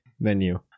menu